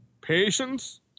patience